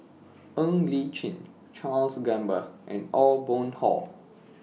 Ng Li Chin Charles Gamba and Aw Boon Haw